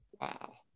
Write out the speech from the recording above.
Wow